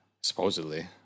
Supposedly